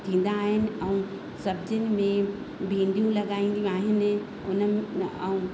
उहे ताजा फल थींदा आहिनि ऐं सब्जिनि में भींडियूं लॻाईंदियूं आहिनि उन म ऐं